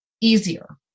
easier